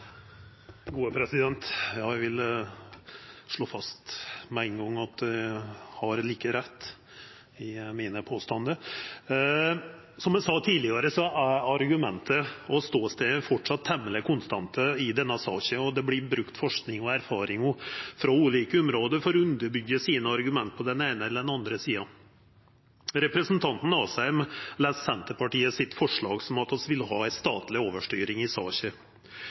Ja, eg vil slå fast med ein gong at eg har like rett i mine påstandar. Som eg sa tidlegare, er argument og ståstader framleis temmeleg konstante i denne saka, og det vert brukt forsking og erfaringar frå ulike område for å underbyggja argumenta på den eine eller den andre sida. Representanten Asheim les Senterpartiet sitt forslag som at vi vil ha ei statleg overstyring i saka.